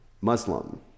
muslim